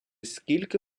скільки